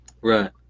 Right